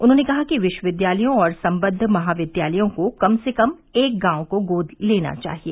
उन्होंने कहा कि विश्वविद्यालयों और सम्बद्ध महाविद्यालयों को कम से कम एक गांव को गोद लेना चाहिए